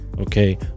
Okay